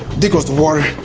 there goes the water,